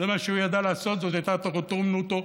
זה מה שהוא ידע לעשות, זאת הייתה תורתו אומנותו,